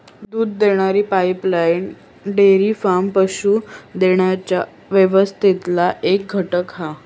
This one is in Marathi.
दूध देणारी पाईपलाईन डेअरी फार्म पशू देण्याच्या व्यवस्थेतला एक घटक हा